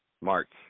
March